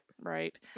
right